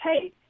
hey